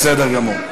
בסדר גמור.